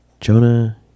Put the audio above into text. Jonah